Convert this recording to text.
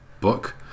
book